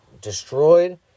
destroyed